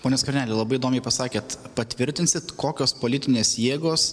pone skverneli labai įdomiai pasakėt patvirtinsit kokios politinės jėgos